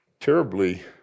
terribly